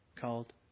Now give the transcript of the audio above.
called